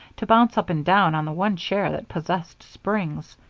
to bounce up and down on the one chair that possessed springs.